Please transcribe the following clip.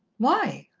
why?